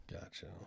Gotcha